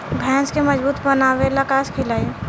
भैंस के मजबूत बनावे ला का खिलाई?